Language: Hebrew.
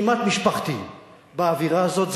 כמעט משפחתי באווירה הזאת,